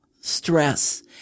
stress